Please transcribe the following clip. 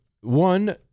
one